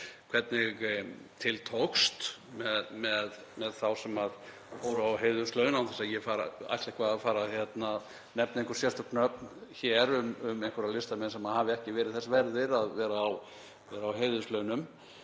hvernig til tókst með þá sem fóru á heiðurslaun, án þess að ég ætli eitthvað að fara að nefna einhver sérstök nöfn hér um listamenn sem hafi ekki verið þess verðir að vera á heiðurslaunum.